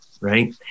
right